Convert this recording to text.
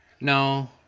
no